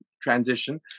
transition